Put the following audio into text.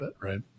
right